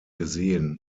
gesehen